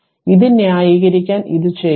ഇത് ന്യായീകരിക്കാൻ ഇത് ചെയ്യുക